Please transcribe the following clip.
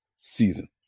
season